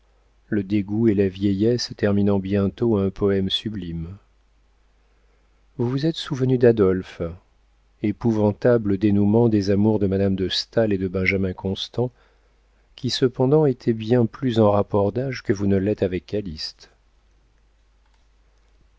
le dégoût et la vieillesse terminant bientôt un poème sublime vous vous êtes souvenue d'adolphe épouvantable dénouement des amours de madame de staël et de benjamin constant qui cependant étaient bien plus en rapport d'âge que vous ne l'êtes avec